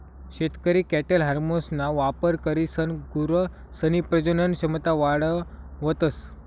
शेतकरी कॅटल हार्मोन्सना वापर करीसन गुरसनी प्रजनन क्षमता वाढावतस